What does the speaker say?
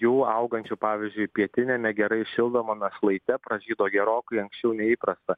jų augančių pavyzdžiui pietiniame gerai šildomame šlaite pražydo gerokai anksčiau nei įprasta